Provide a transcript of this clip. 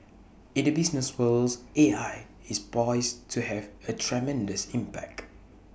in the business worlds A I is poised to have A tremendous impact